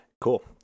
Cool